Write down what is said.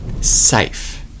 safe